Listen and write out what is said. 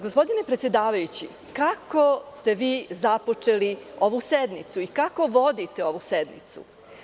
Gospodine predsedavajući, kako ste započeli ovu sednicu i kako vodite ovu sednicu?